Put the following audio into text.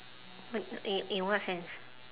what in in what sense